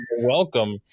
welcome